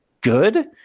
good